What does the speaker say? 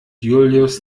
julius